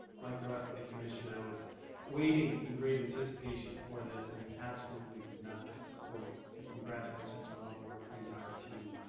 like the rest of the commission i was waiting in great anticipation for this. and it absolutely did not disappoint. so congratulations on all the work of the entire team.